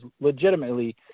legitimately